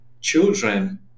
children